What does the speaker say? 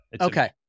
Okay